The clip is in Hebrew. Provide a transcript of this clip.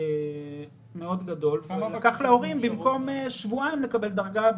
מאוד גדול ולקח להורים שלושה חודשים לקבל דרגה.